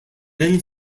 then